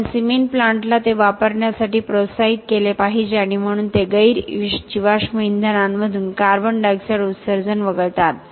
आपण सिमेंट प्लांटला ते वापरण्यासाठी प्रोत्साहित केले पाहिजे आणि म्हणून ते गैर जीवाश्म इंधनांमधून CO2 उत्सर्जन वगळतात